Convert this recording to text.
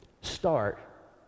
Start